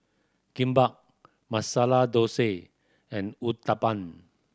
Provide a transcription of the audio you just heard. Kimbap Masala Dosa and Uthapam